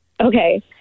Okay